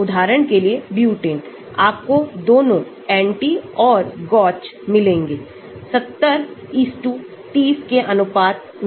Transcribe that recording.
उदाहरण के लिए ब्यूटेन आपको दोनों एंटी और गौचे मिलेंगे 7030 के अनुपात में